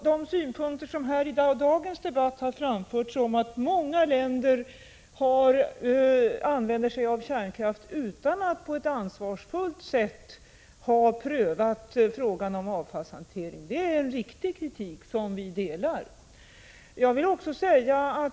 De synpunkter som här i dagens debatt har framförts om att många länder använder sig av kärnkraft utan att på ett ansvarsfullt sätt ha prövat frågan om avfallshantering är en riktig kritik, som vi delar.